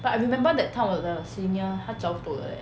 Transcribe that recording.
but I remember that time 我的 senior 他早走的 leh